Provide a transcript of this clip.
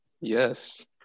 Yes